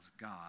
God